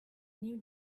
new